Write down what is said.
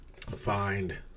find